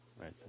Right